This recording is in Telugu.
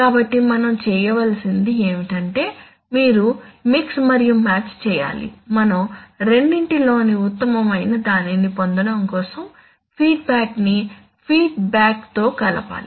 కాబట్టి మనం చేయవలసింది ఏమిటంటే మీరు మిక్స్ మరియు మ్యాచ్ చేయాలి మనం రెండిటి లోని ఉత్తమమైన దానిని పొందడం కోసం ఫీడ్బ్యాక్ ని ఫీడ్బ్యాక్తో కలపాలి